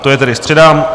To je tedy středa.